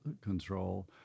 control